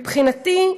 מבחינתי,